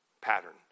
pattern